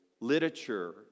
literature